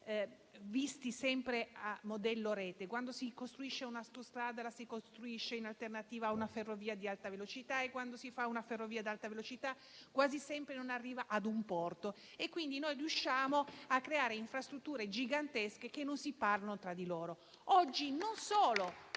visti sempre a modello rete. Quando si costruisce un'autostrada, la si costruisce in alternativa ad una ferrovia ad alta velocità e, quando si fa una ferrovia ad alta velocità, quasi sempre essa non arriva ad un porto. Riusciamo quindi a creare infrastrutture gigantesche che non si parlano tra di loro.